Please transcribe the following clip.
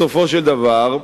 בסופו של דבר,